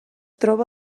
troba